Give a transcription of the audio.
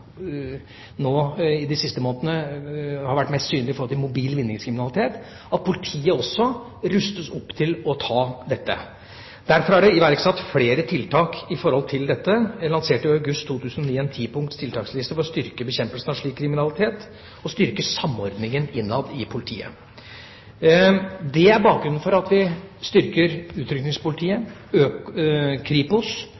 nå i de siste månedene, har vært mest synlig i form av mobil vinningskriminalitet, at politiet også rustes opp til å ta dette. Derfor er det her iverksatt flere tiltak. Jeg lanserte i august 2009 en tipunkts tiltaksliste for å styrke bekjempelsen av slik kriminalitet og styrke samordningen innad i politiet. Det er bakgrunnen for at vi styrker